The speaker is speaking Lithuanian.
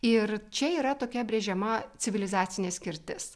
ir čia yra tokia brėžiama civilizacinė skirtis